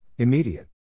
Immediate